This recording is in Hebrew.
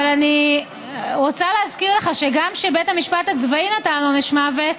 אבל אני רוצה להזכיר לך שגם כשבית המשפט הצבאי נתן עונש מוות,